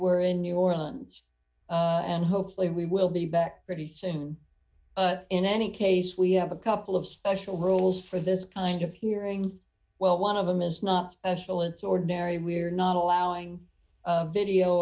were in new orleans and hopefully we will be back pretty soon in any case we have a couple of special rules for this kind of hearing well one of them is not a full it's ordinary we're not allowing video